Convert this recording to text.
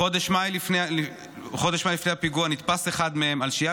בחודש מאי לפני הפיגוע נתפס אחד מהם על שהייה